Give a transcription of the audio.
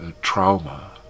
trauma